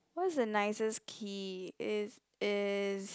what's the nicest key it is